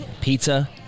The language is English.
pizza